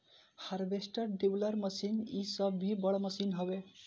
harvester, dibbler machine इ सब भी बड़ मशीन हवे